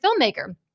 filmmaker